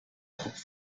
kopf